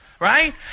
right